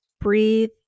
breathe